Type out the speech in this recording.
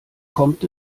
kommt